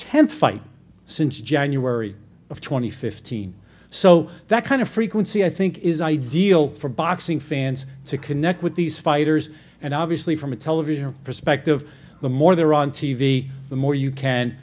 th fight since january of two thousand and fifteen so that kind of frequency i think is ideal for boxing fans to connect with these fighters and obviously from a television perspective the more they're on t v the more you can